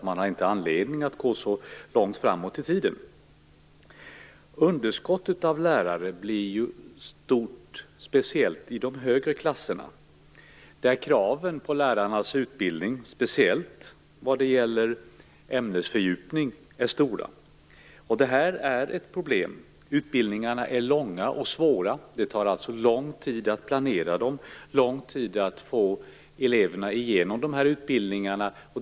Man har inte anledning att gå så långt framåt i tiden. Underskottet på lärare blir stort, speciellt i de högre klasserna, där kraven på lärarnas utbildning, speciellt vad gäller ämnesfördjupning, är stora. Det här är ett problem. Utbildningarna är långa och svåra. Det tar alltså lång tid att planera dem och lång tid att få eleverna igenom dem.